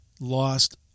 Lost